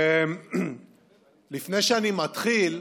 לפני שאני מתחיל,